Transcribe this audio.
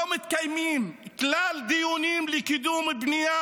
לא מתקיימים כלל דיונים לקידום בנייה